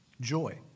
joy